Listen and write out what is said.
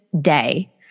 day